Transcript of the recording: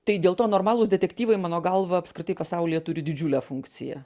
tai dėl to normalūs detektyvai mano galva apskritai pasaulyje turi didžiulę funkciją